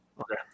Okay